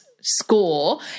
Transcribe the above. score